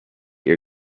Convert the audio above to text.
your